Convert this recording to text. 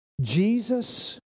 Jesus